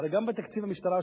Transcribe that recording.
הרי גם בתקציב המשטרה,